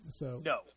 No